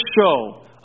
show